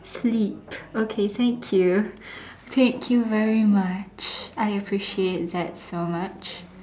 sleep okay thank you thank you very much I appreciate that so much